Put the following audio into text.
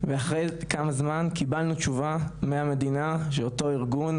דיון מקדים אפילו בשום